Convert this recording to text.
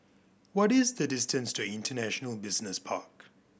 what is the distance to International Business Park